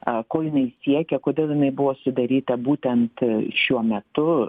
ko jinai siekia kodėl jinai buvo sudaryta būtent šiuo metu